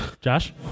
Josh